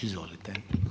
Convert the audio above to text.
Izvolite.